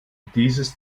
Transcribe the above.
dieses